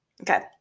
Okay